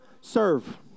serve